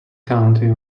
county